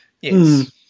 Yes